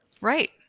Right